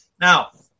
Now